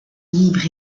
libre